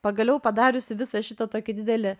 pagaliau padariusi visą šitą tokį didelį